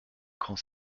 grand